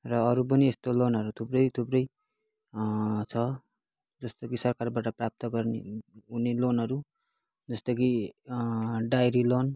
र अरू पनि यस्तो लोनहरू थुप्रै थुप्रै छ जस्तो कि सरकारबाट प्राप्त गर्ने हुने लोनहरू जस्तो कि डायरी लोन